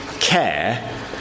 care